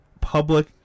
public